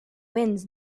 winds